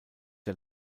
der